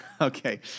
Okay